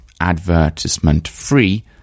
advertisement-free